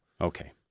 Okay